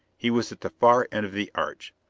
he was at the far end of the arch.